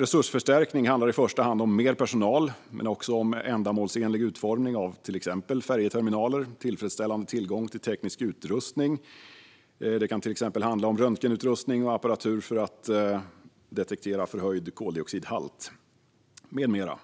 Resursförstärkning handlar i första hand om mer personal men också om ändamålsenlig utformning av till exempel färjeterminaler och tillfredsställande tillgång till teknisk utrustning. Det kan exempelvis handla om röntgenutrustning, apparatur för att detektera förhöjd koldioxidhalt med mera.